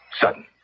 Sudden